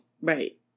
Right